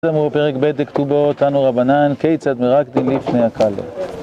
מפרק ב' דכתובות, תנו רבנן, כיצד מרקדים לפני הכלה